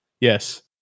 Yes